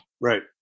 Right